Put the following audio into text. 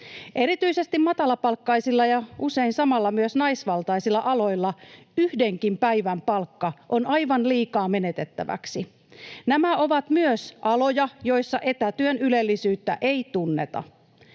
Erityisesti matalapalkkaisilla ja usein samalla myös naisvaltaisilla aloilla yhdenkin päivän palkka on aivan liikaa menetettäväksi. Nämä ovat myös aloja, joissa etätyön ylellisyyttä ei tunneta.